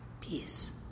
Peace